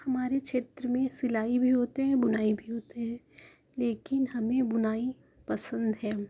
ہمارے چھیتر میں سلائی بھی ہوتے ہیں بنائی بھی ہوتے ہیں لیکن ہمیں بنائی پسند ہے